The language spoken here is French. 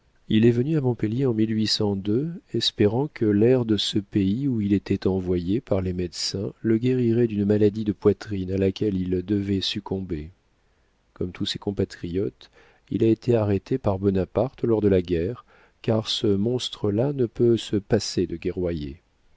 il est venu à montpellier en espérant que l'air de ce pays où il était envoyé par les médecins le guérirait d'une maladie de poitrine à laquelle il devait succomber comme tous ses compatriotes il a été arrêté par bonaparte lors de la guerre car ce monstre-là ne peut se passer de guerroyer